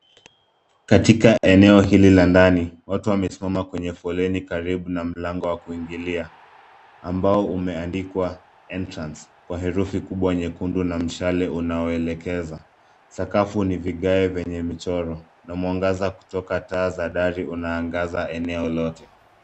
Katika eneo hili la ndani, watu wamesimama kwenye foleni karibu na mlango wa kuingilia ambao umeandikwa Entrance kwa herufi kubwa nyekundu na mshale unaoelekeza. Sakafu ni vigae venye michoro na mwangaza kutoka taa dari unaangaza eneo lote.